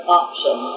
option